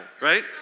right